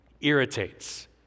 irritates